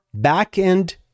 backend